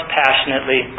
passionately